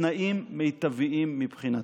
בתנאים מיטביים מבחינתה.